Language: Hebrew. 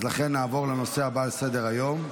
נעבור לנושא הבא על סדר-היום,